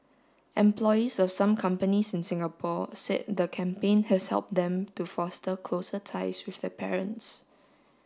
employees of some companies in Singapore said the campaign has helped them to foster closer ties with their parents